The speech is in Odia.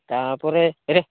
ତାପରେ ଏରେ